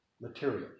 Material